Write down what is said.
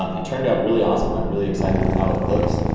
um it turned out really awesome, i am really excited with how it looks.